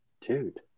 dude